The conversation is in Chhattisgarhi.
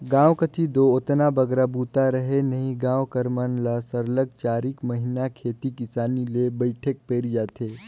गाँव कती दो ओतना बगरा बूता रहें नई गाँव कर मन ल सरलग चारिक महिना खेती किसानी ले पइठेक पइर जाथे